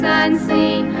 unseen